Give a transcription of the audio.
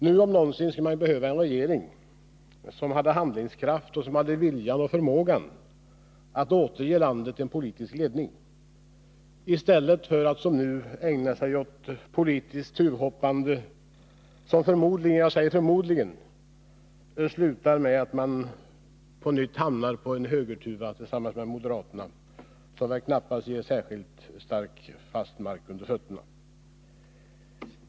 Nu om någonsin skulle ju behövas en regering som hade handlingskraft och som hade viljan och förmågan att återge landet en politisk ledning i stället för att som f. n. ägna sig åt politiskt ”tuvhoppande” som förmodligen — jag säger förmodligen — slutar med att man på nytt hamnar på högertuva tillsammans med moderaterna, vilket knappast ger särskilt fast mark under fötterna.